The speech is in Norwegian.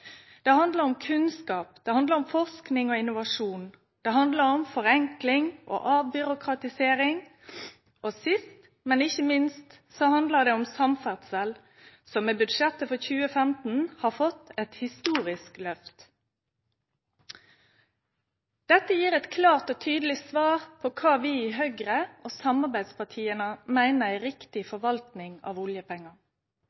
Det handlar om kunnskap. Det handlar om forsking og innovasjon. Det handlar om forenkling og avbyråkratisering. Og sist – men ikkje minst – handlar det om samferdsel, som med budsjettet for 2015 har fått eit historisk løft. Dette gir eit klart og tydeleg svar på kva vi i Høgre og samarbeidspartia meiner er riktig